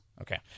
okay